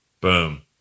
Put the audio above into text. Boom